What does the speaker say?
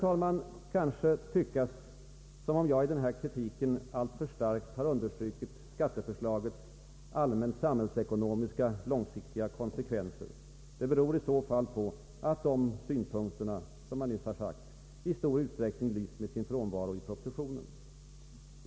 Det kan kanske tyckas som om jag i denna min kritik alltför starkt har understrukit skatteförslagets allmänt samhällsekonomiska långsiktiga konsekvenser. Det beror i så fall på att dessa synpunkter, som jag nyss har sagt, i stor utsträckning har lyst med sin frånvaro i propositionen.